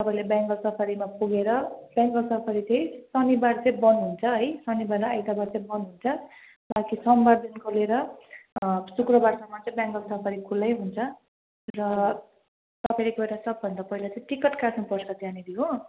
तपाईँले बेङ्गाल सफारीमा पुगेर बेङ्गाल सफारी चाहिँ शनिवार चाहिँ बन्द हुन्छ है शनिवार र आइतवार चाहिँ बन्द हुन्छ बाँकी सोमवारदेखिको लिएर शुक्रवारसम्म चाहिँ बेङ्गाल सफारी खुल्लै हुन्छ र तपाईँले गएर सबभन्दा पहिला चाहिँ टिकट काट्नुपर्छ त्यहाँनेरि हो